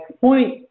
point